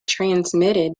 transmitted